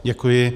Děkuji.